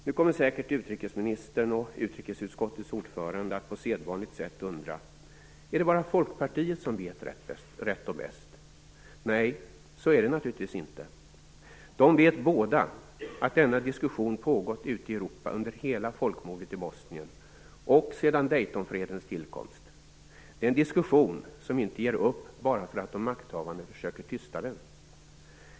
Nu kommer säkert utrikesministern och utrikesutskottets ordförande att på sedvanligt sätt undra: Är det bara Folkpartiet som vet rätt och bäst? De vet båda att denna diskussion pågått ute i Europa under hela folkmordet i Bosnien och sedan Daytonfredens tillkomst. Det är en diskussion som inte ger upp bara för att de makthavande försöker tysta den.